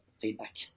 feedback